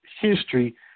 history